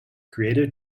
creative